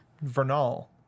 Vernal